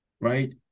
right